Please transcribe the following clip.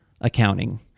accounting